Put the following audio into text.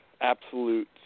absolute